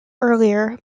earlier